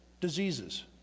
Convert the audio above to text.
diseases